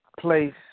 place